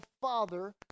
Father